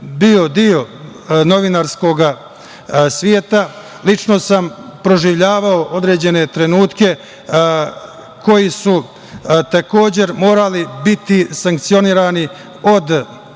bio deo novinarskog sveta, lično sam proživljavao određene trenutke koji su takođe morali biti sankcionisani od